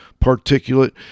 particulate